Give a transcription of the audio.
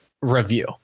review